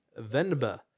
Venba